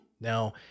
Now